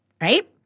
right